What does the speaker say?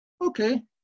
Okay